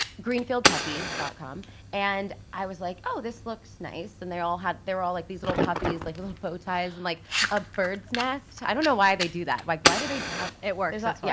greenfieldpuppies dot com and i was like, oh this looks nice. and they all had, they were all like these little puppies like little bow ties and like a bird's nest. i don't know why they do that, like why do they have? it works that's why.